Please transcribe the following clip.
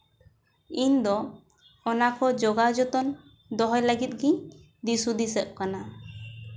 ᱤᱧ ᱫᱚ ᱚᱱᱟ ᱠᱚ ᱡᱳᱜᱟᱣ ᱡᱚᱛᱚᱱ ᱫᱚᱦᱚᱭ ᱞᱟᱹᱜᱤᱫ ᱜᱤᱧ ᱫᱤᱥ ᱦᱩᱫᱤᱥᱚᱜ ᱠᱟᱱᱟ